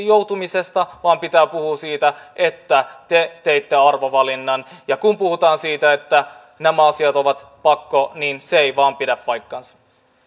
joutumisesta vaan pitää puhua siitä että te teitte arvovalinnan ja kun puhutaan siitä että nämä asiat ovat pakko niin se ei vain pidä paikkaansa